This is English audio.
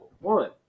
One